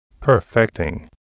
Perfecting